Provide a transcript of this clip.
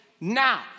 now